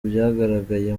byagaragaye